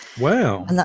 Wow